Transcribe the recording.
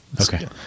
Okay